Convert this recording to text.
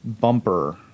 bumper